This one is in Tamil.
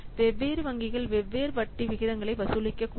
வெவ்வேறு வங்கிகள் வெவ்வேறு வட்டி விகிதங்களை வசூலிக்கக்கூடும்